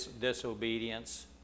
disobedience